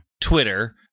Twitter